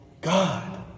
God